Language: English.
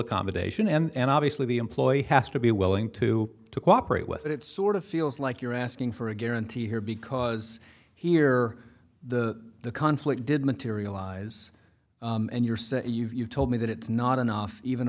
accommodation and obviously the employee has to be willing to cooperate with it it sort of feels like you're asking for a guarantee here because here the the conflict did materialize and your say you told me that it's not enough even